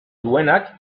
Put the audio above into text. duenak